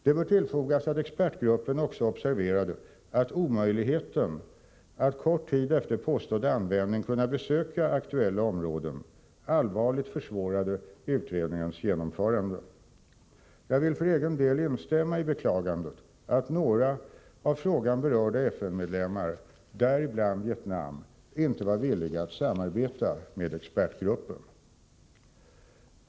Det bör tillfogas att expertgruppen också observerade att omöjligheten att kort tid efter påstådd användning kunna besöka aktuella områden allvarligt försvårade utredningens genomförande. Jag vill för egen del instämmma i beklagandet att några av frågan berörda FN-medlemmar, däribland Vietnam, inte var villiga att samarbeta med expertgruppen.